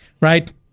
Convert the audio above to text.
right